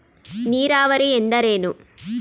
ನೀರಾವರಿ ಎಂದರೇನು?